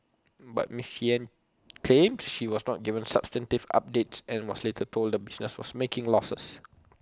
but miss Yen claims she was not given substantive updates and was later told the business was making losses